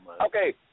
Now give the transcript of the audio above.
okay